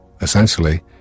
Essentially